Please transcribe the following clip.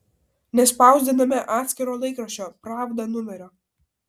nespausdiname atskiro laikraščio pravda numerio